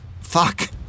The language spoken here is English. Fuck